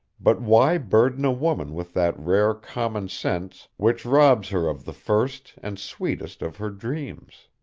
but why burden a woman with that rare common sense which robs her of the first and sweetest of her dreams?